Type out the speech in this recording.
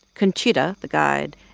conchita, the guide,